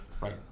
Right